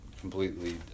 completely